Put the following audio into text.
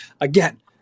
again